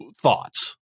thoughts